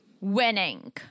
winning